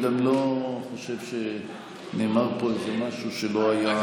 ואני גם לא חושב שנאמר פה איזה משהו שלא היה,